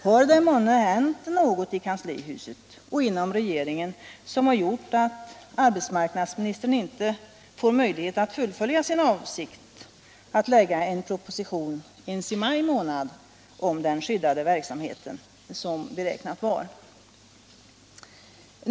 Har det månne hänt något i kanslihuset och inom regeringen som gjort att arbetsmarknadsministern inte får möjlighet att fullfölja sin avsikt att framlägga propositionen ens i maj månad om den skyddade verksamheten som beräknat var?